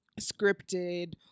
scripted